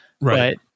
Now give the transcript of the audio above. Right